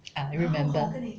I remember